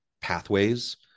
pathways